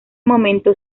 momento